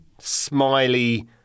smiley